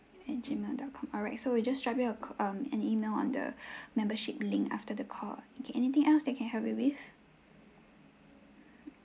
at gmail dot com alright so we just drop you a ca~ um an email on the membership link after the call okay anything else that I can help you with